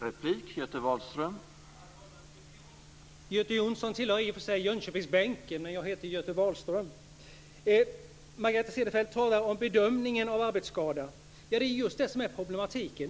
Herr talman! Göte Jonsson tillhör i och för sig Jönköpingsbänken, men jag heter Göte Wahlström. Margareta Cederfelt talar om bedömningen av arbetsskador. Det är just det som är problematiken.